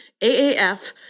AAF